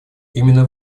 именно